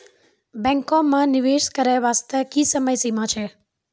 बैंको माई निवेश करे बास्ते की समय सीमा छै?